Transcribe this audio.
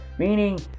Meaning